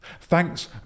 Thanks